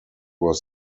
were